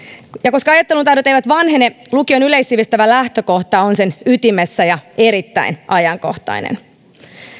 koska ajattelun taidot eivät vanhene lukion yleissivistävä lähtökohta on sen ytimessä ja erittäin ajankohtainen